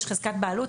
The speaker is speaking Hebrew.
יש חזקת בעלות.